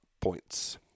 points